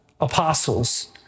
apostles